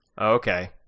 Okay